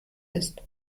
ist